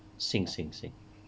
sing sing sing